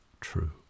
true